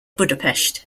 budapest